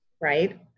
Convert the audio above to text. right